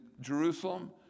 Jerusalem